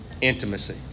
Intimacy